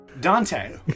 Dante